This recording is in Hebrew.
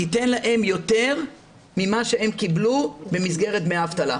ייתן להם יותר ממה שהם קיבלו במסגרת דמי האבטלה.